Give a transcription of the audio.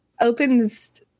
opens